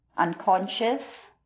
unconscious